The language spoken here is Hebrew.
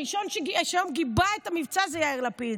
הראשון שגיבה היום את המבצע זה יאיר לפיד.